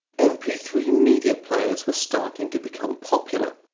m p three media players were starting to become popular.